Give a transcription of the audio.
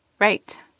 Right